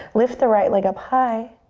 lift the right leg up high.